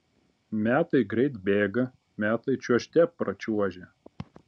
metai greit bėga metai čiuožte pračiuožia